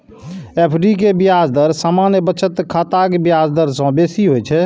FD के ब्याज दर सामान्य बचत खाताक ब्याज दर सं बेसी होइ छै